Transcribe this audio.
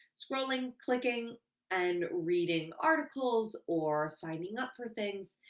scrolling, clicking and reading articles or signing up for things.